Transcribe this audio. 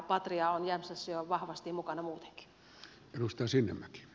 patria on jämsässä jo vahvasti mukana muutenkin